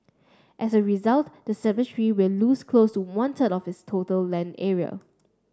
as a result the cemetery will lose close to one third of its total land area